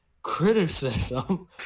Criticism